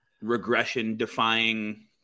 regression-defying